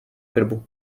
krbu